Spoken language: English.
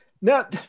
Now